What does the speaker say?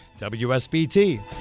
WSBT